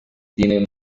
tienen